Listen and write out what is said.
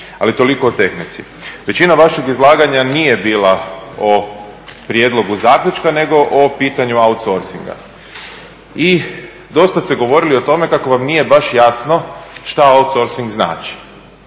ali toliko o tehnici. Većina vašeg izlaganja nije bila o prijedlogu zaključka nego o pitanju outsorcinga. I dosta ste govorili o tome kako vam nije baš jasno što outsorcing znači.